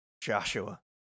Joshua